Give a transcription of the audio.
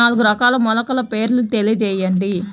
నాలుగు రకాల మొలకల పేర్లు తెలియజేయండి?